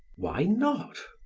why not?